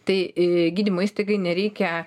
tai į gydymo įstaigai nereikia